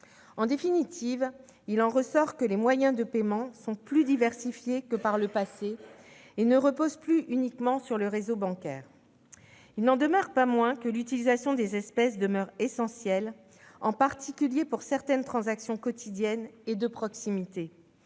En définitive, il ressort de ces observations que les moyens de paiement sont plus diversifiés que par le passé et ne reposent plus uniquement sur le réseau bancaire. Il n'en demeure pas moins que l'utilisation des espèces demeure essentielle, en particulier pour certaines transactions quotidiennes et de proximité.